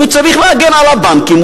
הוא צריך להגן על הבנקים,